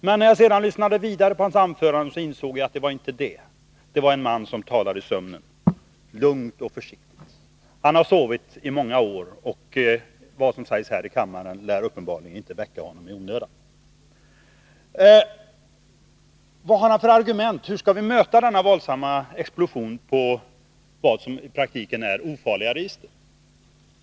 Men när jag lyssnade vidare på hans anförande insåg jag att så var det inte — detta var en man som talade i sömnen, lugnt och försynt. Han har sovit i många år, och vad som sägs här i kammaren kan uppenbarligen inte väcka honom. Vilka argument har han? Hur skall vi möta denna våldsamma explosion av vad som i praktiken är ofarliga register?